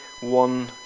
one